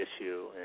issue